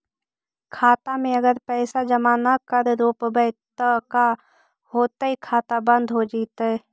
खाता मे अगर पैसा जमा न कर रोपबै त का होतै खाता बन्द हो जैतै?